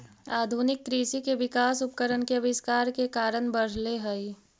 आधुनिक कृषि के विकास उपकरण के आविष्कार के कारण बढ़ले हई